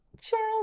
Charles